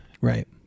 Right